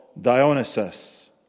Dionysus